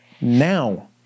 Now